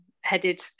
headed